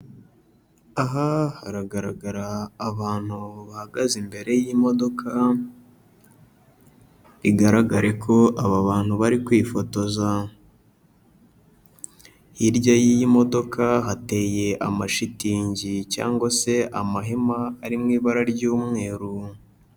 Aha haragaragara abantu bahagaze imbere y'imodoka, bigaragare ko aba bantu bari kwifotoza; hirya y'iyi modoka hateye amashitingi cyangwa se amahema, ari mu ibara ry'umweru.